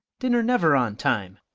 dinner never on time.